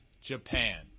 Japan